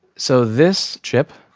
so this chip,